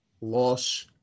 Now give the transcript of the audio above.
loss